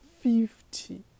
fifty